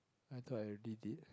I thought I did it